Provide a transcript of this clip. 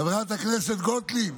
חברת הכנסת גוטליב,